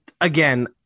again